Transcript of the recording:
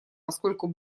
поскольку